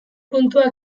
puntua